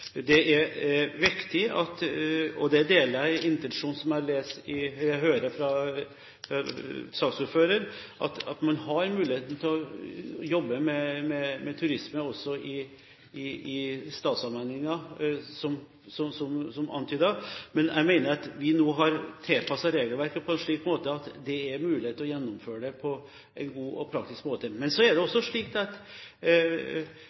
Det er viktig – og her deler jeg den intensjonen som jeg hører saksordføreren har – at man har mulighet til å jobbe med turisme også i statsallmenninger, som antydet. Men jeg mener at vi nå har tilpasset regelverket slik at det er mulig å gjennomføre dette på en god og praktisk måte. Men så er det også slik at «tida og